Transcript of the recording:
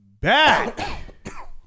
back